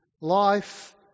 Life